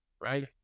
right